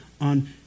on